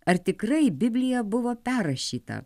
ar tikrai biblija buvo perrašyta